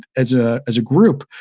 as ah as a group,